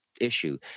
issue